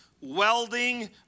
welding